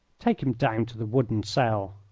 take him down to the wooden cell.